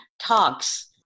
talks